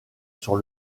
sur